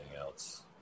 else